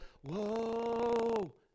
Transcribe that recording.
whoa